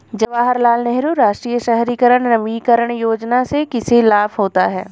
जवाहर लाल नेहरू राष्ट्रीय शहरी नवीकरण योजना से किसे लाभ होता है?